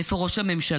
ואיפה ראש הממשלה?